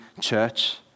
church